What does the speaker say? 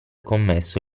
commesso